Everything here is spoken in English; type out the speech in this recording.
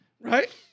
Right